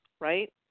right